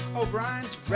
O'Brien's